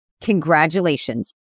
Congratulations